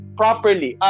properly